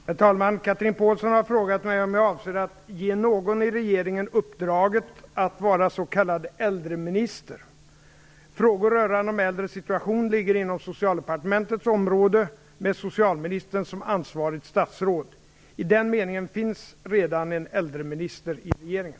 Herr talman! Chatrine Pålsson har frågat mig om jag avser att ge någon i regeringen uppdraget att vara s.k. äldreminister. Frågor rörande de äldres situation ligger inom Socialdepartementets område, med socialministern som ansvarigt statsråd. I den meningen finns redan en äldreminister i regeringen.